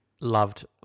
loved